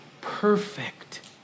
perfect